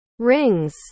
rings